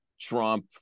trump